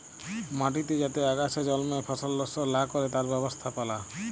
মাটিতে যাতে আগাছা জল্মে ফসল লস্ট লা ক্যরে তার ব্যবস্থাপালা